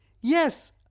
Yes